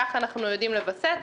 ככה אנחנו יודעים לווסת.